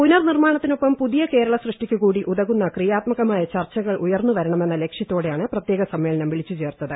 പുനർനിർമ്മാണത്തിനൊപ്പം പുതിയ പ്രക്രേള സൃഷ്ടിയ്ക്കുകൂടി ഉതകുന്ന ക്രിയാത്മകമായ ചർച്ച്കൾ ഉയർന്ന് വരണമെന്ന ലക്ഷ്യത്തോടെയാണ് പ്രത്യേക സമ്മേളനം വിളിച്ചുചേർത്തത്